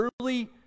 early